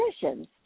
positions